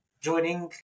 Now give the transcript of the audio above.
joining